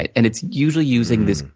and it's usually using this,